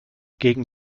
gegen